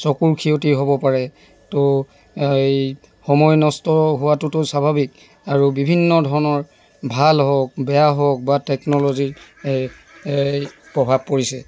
চকুৰ ক্ষতি হ'ব পাৰে ত' এই সময় নষ্ট হোৱাতোটো স্বাভাৱিক আৰু বিভিন্ন ধৰণৰ ভাল হওক বেয়া হওক বা টেকন'ল'জীৰ এই এই প্ৰভাৱ পৰিছে